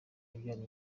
ibyara